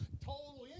total